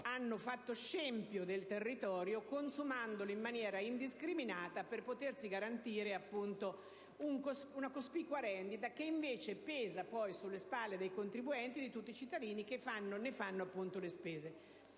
hanno fatto scempio del territorio, consumandolo in maniera indiscriminata per potersi garantire una cospicua rendita che invece pesa sulle spalle dei contribuenti e di tutti i cittadini. Il Ministero